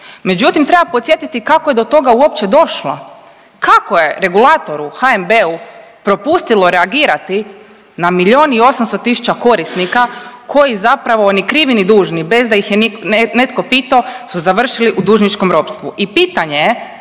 međutim treba podsjetiti kako je do toga uopće došlo. Kako je regulatoru HNB-u propustilo reagirati na milion i 800 tisuća korisnika koji zapravo ni krivi ni dužni bez da ih netko pitao su završili u dužničkom ropstvu i pitanje je